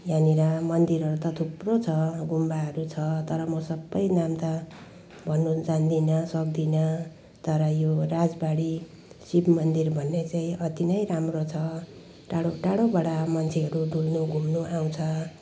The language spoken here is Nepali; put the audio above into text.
यहाँनिर मान्दिरहरू त थुप्रो छ गुम्बाहरू छ तर सबै नाम त भन्नु जान्दिनँ सक्दिनँ तर यो राजबाडी शिव मन्दिर भन्ने चाहिँ अति नै राम्रो छ टाढो टाढोबाट मान्छेहरू डुल्नु घुम्नु आउँछ